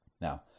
Now